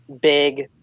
Big